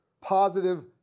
positive